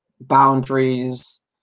boundaries